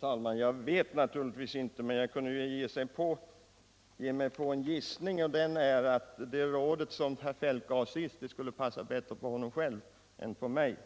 Herr talman! Jag ver naturligtvis inte, men jag kan ju ge mig på den gissningen att det råd som herr Feldt nu senast gav kan passa bättre för honom själv än för mig.